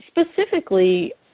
specifically